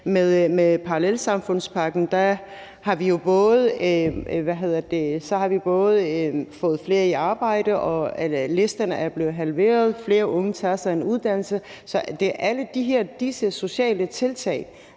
Med parallelsamfundspakken har vi fået flere i arbejde, listerne er blevet halveret, og flere unge tager en uddannelse. Det er alle disse sociale tiltag,